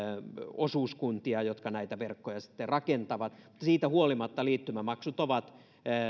osuuskuntia jotka näitä verkkoja rakentavat mutta siitä huolimatta liittymämaksut ovat